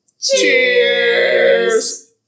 cheers